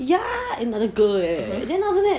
ya another girl leh then after that